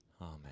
Amen